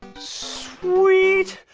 sweet!